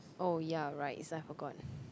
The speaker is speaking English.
oh ya right is I forgot